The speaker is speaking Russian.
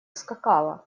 скакала